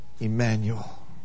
Emmanuel